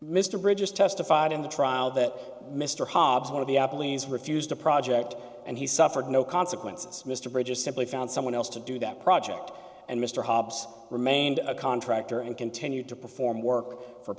mr bridges testified in the trial that mr hobbs one of the abilene refused a project and he suffered no consequences mr bridges simply found someone else to do that project and mr hobbs remained a contractor and continued to perform work for